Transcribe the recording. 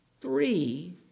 three